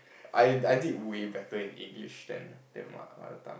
I I did way better in English than than my mother tongue